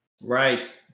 Right